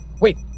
wait